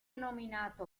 nominato